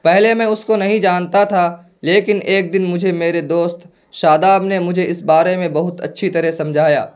پہلے میں اس کو نہیں جانتا تھا لیکن ایک دن مجھے میرے دوست شاداب نے مجھے اس بارے میں بہت اچھی طرح سمجھایا